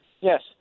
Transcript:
yes